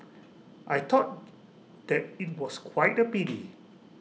I thought that IT was quite A pity